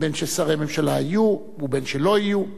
בין ששרי הממשלה יהיו ובין שלא יהיו,